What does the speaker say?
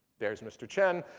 there's mr. chen.